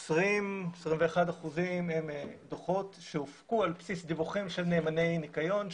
כ-21% הם דוחות שהופקו על בסיס דיווחים של נאמני ניקיון,